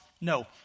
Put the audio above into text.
No